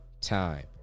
time